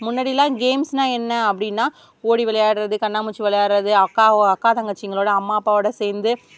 முன்னாடிலான் கேம்ஸ்னால் என்ன அப்படின்னா ஓடி விளையாட்றது கண்ணாமூச்சி விளையாட்றது அக்கா அக்கா தங்கச்சிங்களோடு அம்மா அப்பாவோடு சேர்ந்து